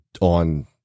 on